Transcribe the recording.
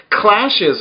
clashes